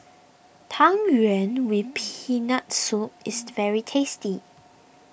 Tang Yuen with Peanut Soup is very tasty